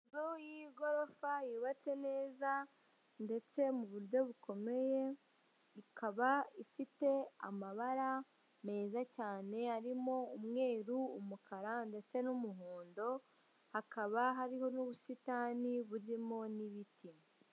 Inzu y'igorofa yubatse neza ndetse mu buryo bukomeye, ikaba ifite amabara meza cyane arimo umweru, umukara ndetse n'umuhondo, hakaba hariho n'ubusitani burimo n'ibiti.